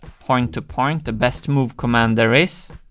point to point, the best move command there is.